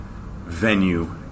venue